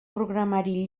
programari